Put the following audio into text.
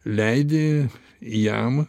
leidi jam